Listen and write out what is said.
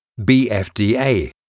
BFDA